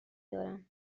دارم